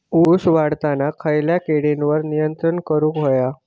ऊस वाढताना खयच्या किडींवर नियंत्रण करुक व्हया?